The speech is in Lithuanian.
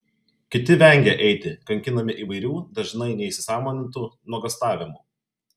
kiti vengia eiti kankinami įvairių dažnai neįsisąmonintų nuogąstavimų